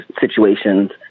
situations